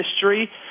history